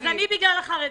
אז אני בגלל החרדים.